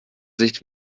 sicht